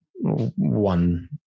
one